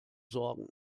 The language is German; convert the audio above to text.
sorgen